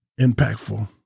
impactful